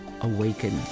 awaken